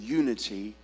unity